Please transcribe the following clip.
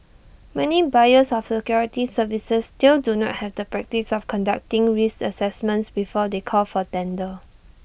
many buyers of security services still do not have the practice of conducting risk assessments before they call for tender